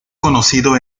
conocido